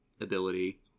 ability